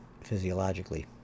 physiologically